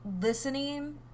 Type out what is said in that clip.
listening